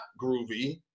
groovy